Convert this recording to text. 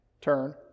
turn